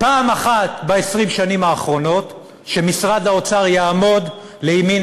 ב-20 השנים האחרונות שמשרד האוצר יעמוד לימין